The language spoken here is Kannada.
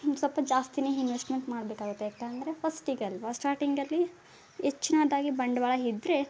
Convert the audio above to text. ಸ್ವಲ್ಪ ಜಾಸ್ತಿಯೇ ಹಿನ್ವೆಸ್ಟ್ಮೆಂಟ್ ಮಾಡಬೇಕಾಗುತ್ತೆ ಯಾಕಂದರೆ ಫಸ್ಟಿಗಲ್ವಾ ಸ್ಟಾಟಿಂಗಲ್ಲಿ ಹೆಚ್ಚಿನದಾಗಿ ಬಂಡವಾಳ ಇದ್ರೆ